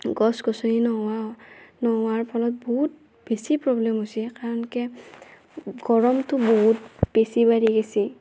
গছ গছনি নোহোৱা নোহোৱাৰ ফলত বহুত বেছি প্ৰব্লেম হৈছি কাৰণ কিয়া গৰমটো বহুত বেছি বাঢ়ি গেইছি